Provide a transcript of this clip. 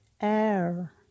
air